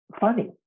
funny